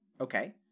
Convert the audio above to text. Okay